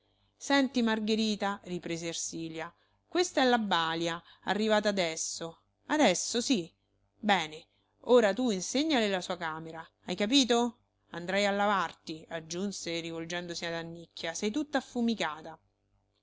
senti margherita riprese ersilia questa è la balia arrivata adesso adesso sì bene ora tu insegnale la sua camera hai capito andrai a lavarti aggiunse rivolgendosi ad annicchia sei tutta affumicata